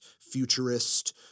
futurist